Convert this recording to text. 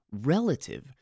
relative